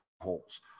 holes